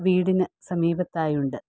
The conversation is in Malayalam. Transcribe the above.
വീടിന് സമീപത്തായുണ്ട്